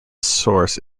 source